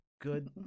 Good